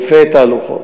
אלפי תהלוכות.